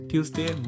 Tuesday